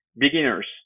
Beginners